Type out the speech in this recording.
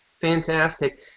Fantastic